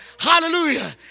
Hallelujah